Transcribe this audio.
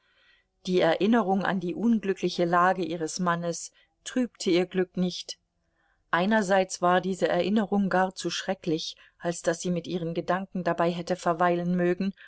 die erinnerung an die unglückliche lage ihres mannes trübte ihr glück nicht einerseits war diese erinnerung gar zu schrecklich als daß sie mit ihren gedanken dabei hätte verweilen mögen